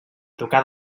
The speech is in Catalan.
tocar